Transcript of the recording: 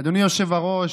אדוני היושב-ראש,